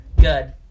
Good